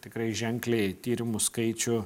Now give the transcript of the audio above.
tikrai ženkliai tyrimų skaičių